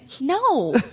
no